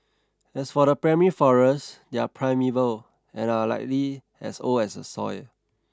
as for the primary forest they're primeval and are likely as old as the soil